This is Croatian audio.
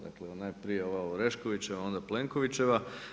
Dakle, ona prije ova Oreškovićeva, onda Plenkovićeva.